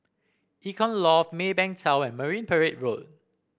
Icon Loft Maybank Tower and Marine Parade Road